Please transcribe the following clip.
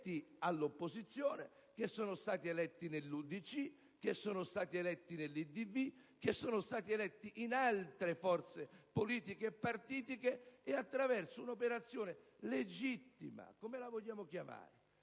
che sono stati eletti all'opposizione, che sono stati eletti nell'UDC, che sono stati eletti nell'IdV, che sono stati eletti in altre forze politiche e partitiche. Attraverso un'operazione legittima - come la vogliamo chiamare?